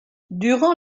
durant